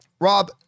Rob